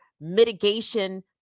mitigation